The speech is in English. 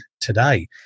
today